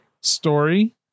story